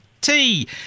tea